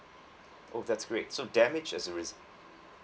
okay that's great so damage as a risk